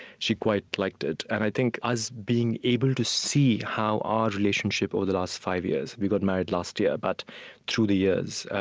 she quite liked it. and i think us being able to see how our relationship, over the last five years we got married last year but through the years,